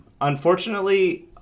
Unfortunately